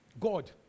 God